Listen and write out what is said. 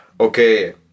Okay